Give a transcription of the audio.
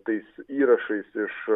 tais įrašais iš